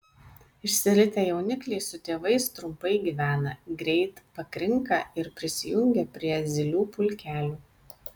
išsiritę jaunikliai su tėvais trumpai gyvena greit pakrinka ir prisijungia prie zylių pulkelių